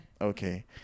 Okay